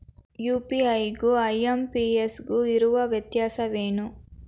UPI ಗು IMPS ಗು ಇರುವ ವ್ಯತ್ಯಾಸವೇನು?